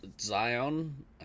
Zion